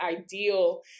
ideal